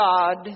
God